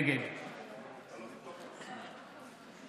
נגד